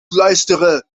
luisteren